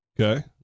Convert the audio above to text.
Okay